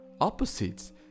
opposites